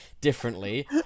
differently